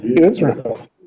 Israel